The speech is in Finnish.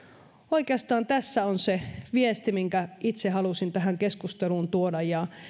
oikeastaan tässä on se viesti minkä itse halusin tähän keskusteluun tuoda